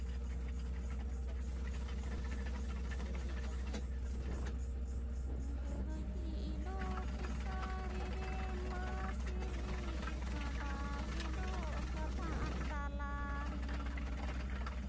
ᱟᱪᱪᱷᱟ ᱴᱷᱤᱠᱜᱮᱭᱟ ᱥᱮᱨᱮᱧᱮᱫ ᱛᱟᱵᱚᱱᱟᱹᱧ ᱜᱟᱹᱭ ᱜᱮᱞᱚ ᱠᱮᱥᱟᱨᱤ ᱨᱮ ᱢᱟᱹᱥᱨᱤ ᱠᱟᱰᱟ ᱜᱮᱞᱚ ᱠᱟᱫᱟᱢ ᱫᱟᱞᱟᱦᱤ